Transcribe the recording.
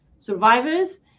survivors